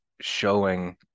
showing